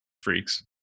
freaks